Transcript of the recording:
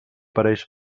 pareix